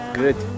good